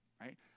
right